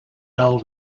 bell